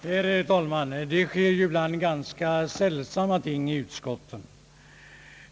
Herr talman! Det sker ibland ganska sällsamma ting i utskotten.